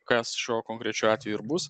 kas šiuo konkrečiu atveju ir bus